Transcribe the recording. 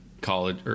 college